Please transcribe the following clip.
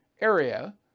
area